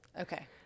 Okay